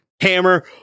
Hammer